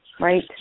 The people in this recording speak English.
Right